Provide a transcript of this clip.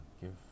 Give